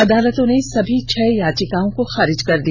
अदालतों ने सभी छह याचिकाओं को खारिज कर दिया